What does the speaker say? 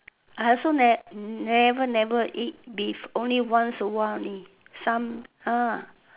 I also never never eat beef only once a while only some ah